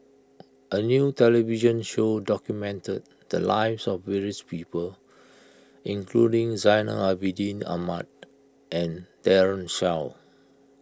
a new television show documented the lives of various people including Zainal Abidin Ahmad and Daren Shiau